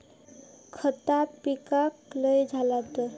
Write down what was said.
खता पिकाक लय झाला तर?